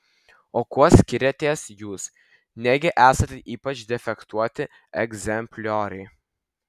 o kuo skiriatės jūs negi esate ypač defektuoti egzemplioriai